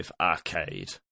Arcade